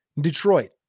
Detroit